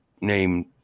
named